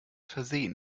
versehen